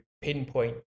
pinpoint